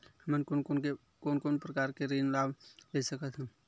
हमन कोन कोन प्रकार के ऋण लाभ ले सकत हन?